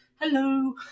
Hello